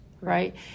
right